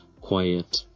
quiet